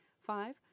Five